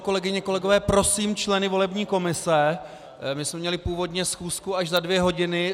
Kolegyně, kolegové, prosím členy volební komise, my jsme měli původně schůzku až za dvě hodiny.